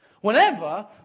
Whenever